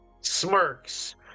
smirks